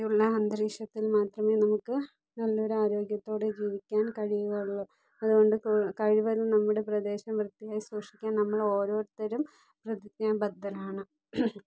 വൃത്തിയുള്ള അന്തരീക്ഷത്തിൽ മാത്രമേ നമുക്ക് നല്ലൊരു ആരോഗ്യത്തോടെ ജീവിക്കാൻ കഴിയുകയുള്ളൂ അതുകൊണ്ട് കൂടു കഴിവതും നമ്മുടെ പ്രദേശം വൃത്തിയായി സൂക്ഷിക്കാൻ നമ്മൾ ഓരോരുത്തരും പ്രതിജ്ഞാബദ്ധരാണ്